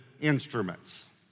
instruments